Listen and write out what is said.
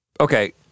okay